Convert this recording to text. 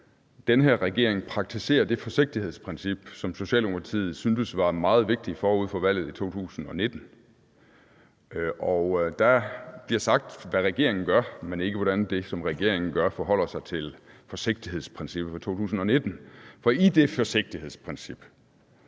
den her regering praktiserer det forsigtighedsprincip, som Socialdemokratiet syntes var meget vigtigt forud for valget i 2019, og der bliver sagt, hvad regeringen gør, men ikke hvordan det, som regeringen gør, forholder sig til forsigtighedsprincippet fra 2019. For i det forsigtighedsprincip